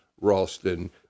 Ralston